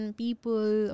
people